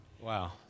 Wow